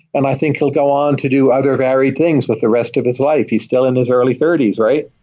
and i think he'll go on to do other varied things with the rest of his life. he's still in his early thirty s, right?